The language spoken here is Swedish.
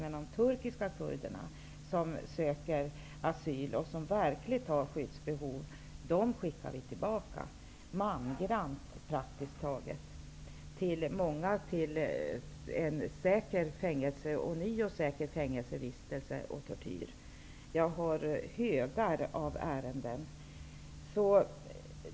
Men de turkiska kurderna som söker asyl och som verkligen har skyddsbehov skickar vi tillbaka mangrant. Många skickas tillbaka till en ny säker fängelsevistelse och tortyr. Jag har högar av ärenden.